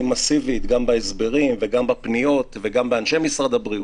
מסיבית גם בהסברים וגם בפניות וגם עם אנשי משרד הבריאות.